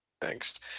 Thanks